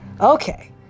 Okay